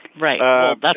Right